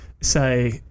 say